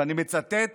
ואני מצטט